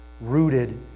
Rooted